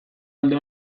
alde